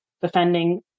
Defending